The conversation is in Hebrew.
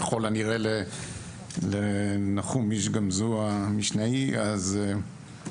ככול הנראה לנחום איש גמזו המשנאי התלמודי,